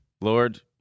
Lord